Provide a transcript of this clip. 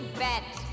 bet